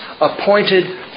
appointed